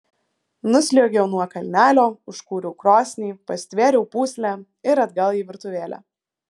nusliuogiau nuo kalnelio užkūriau krosnį pastvėriau pūslę ir atgal į virtuvėlę